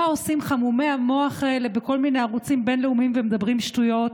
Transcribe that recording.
מה עושים חמומי המוח האלה בכל מיני ערוצים בין-לאומיים ומדברים שטויות?